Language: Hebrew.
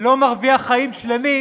לא מרוויח חיים שלמים.